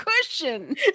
cushion